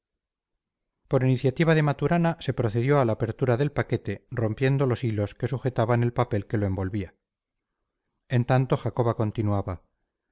por iniciativa de maturana se procedió a la apertura del paquete rompiendo los hilos que sujetaban el papel que lo envolvía en tanto jacoba continuaba